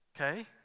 Okay